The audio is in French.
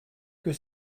que